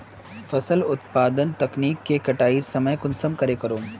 फसल उत्पादन तकनीक के कटाई के समय कुंसम करे करूम?